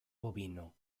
bovino